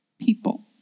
people